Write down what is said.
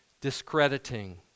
discrediting